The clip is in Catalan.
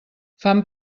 fan